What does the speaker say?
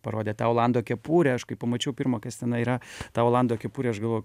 parodė tą olando kepurę aš kai pamačiau pirma kas tenai yra ta olando kepurė aš galvoju